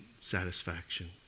satisfaction